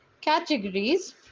categories